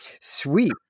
Sweet